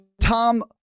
Tom